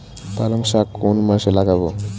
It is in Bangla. পালংশাক কোন মাসে লাগাব?